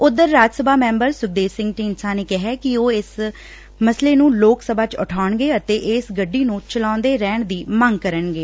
ਉਧਰ ਰਾਜ ਸਭਾ ਮੈਬਰ ਸੁਖਦੇਵ ਸਿੰਘ ਢੀਡਸਾ ਨੇ ਕਿਹਾ ਕਿ ਉਹ ਇਹ ਮਸਲਾ ਲੋਕ ਸਭਾ ਵਿਚ ਉਠਾਉਣਗੇ ਅਤੇ ਇਸ ਗੱਡੀ ਨੂੰ ਚਲਾਉਂਦੇ ਰਹਿਣ ਦੀ ਮੰਗ ਕਰਨਗੇ